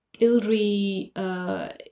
Ildri